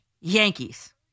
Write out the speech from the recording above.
Yankees